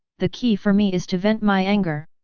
the key for me is to vent my anger!